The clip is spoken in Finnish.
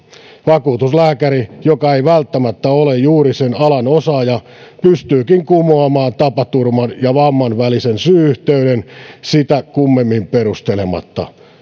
vakuutuslääkäri joka ei välttämättä ole juuri sen alan osaaja pystyykin kumoamaan tapaturman ja vamman välisen syy yhteyden sitä kummemmin perustelematta